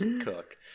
Cook